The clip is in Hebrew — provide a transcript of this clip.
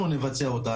אנחנו נבצע אותה,